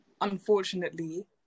unfortunately